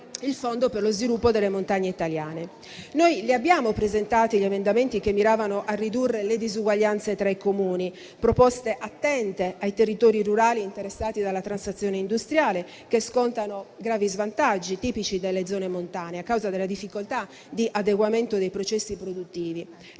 il fondo per lo sviluppo delle montagne italiane. Noi abbiamo presentato emendamenti che miravano a ridurre le disuguaglianze tra i Comuni; proposte attente ai territori rurali interessati dalla transizione industriale, che scontano gravi svantaggi, tipici delle zone montane, a causa della difficoltà di adeguamento dei processi produttivi.